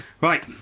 Right